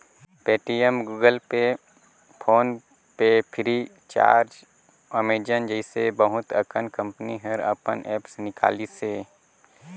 Paytm, Google Pay, PhonePe Freecharge, Amazon जइसे बहुत अकन कंपनी हर अपन ऐप्स निकालिसे